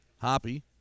Hoppy